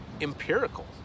empirical